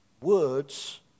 Words